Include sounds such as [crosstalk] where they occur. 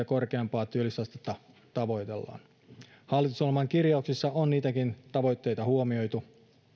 [unintelligible] korkeampaa työllisyysastetta tavoitellaan hallitusohjelman kirjauksissa on niitäkin tavoitteita huomioitu